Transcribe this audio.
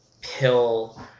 pill